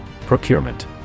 procurement